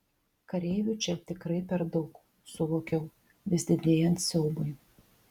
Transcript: kareivių čia tikrai per daug suvokiau vis didėjant siaubui